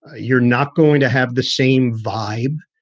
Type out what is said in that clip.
you're not going to have the same vibe.